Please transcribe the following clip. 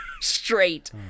straight